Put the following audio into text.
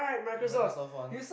Microsoft one